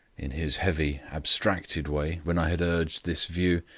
in his heavy abstracted way, when i had urged this view,